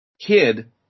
kid